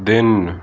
ਦਿਨ